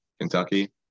Kentucky